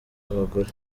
abagore